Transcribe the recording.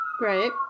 Right